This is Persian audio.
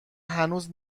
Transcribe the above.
هنوز